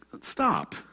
Stop